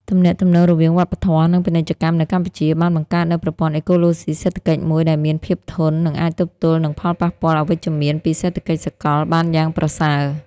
ទំនាក់ទំនងរវាងវប្បធម៌ និងពាណិជ្ជកម្មនៅកម្ពុជា បានបង្កើតនូវប្រព័ន្ធអេកូឡូស៊ីសេដ្ឋកិច្ចមួយដែលមានភាពធន់ និងអាចទប់ទល់នឹងផលប៉ះពាល់អវិជ្ជមានពីសេដ្ឋកិច្ចសកលបានយ៉ាងប្រសើរ។